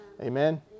Amen